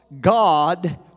God